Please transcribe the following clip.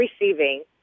Receiving